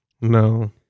no